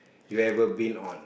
you've ever been on